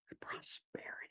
prosperity